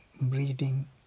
breathing